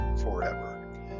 forever